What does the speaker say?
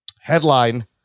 Headline